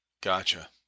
gotcha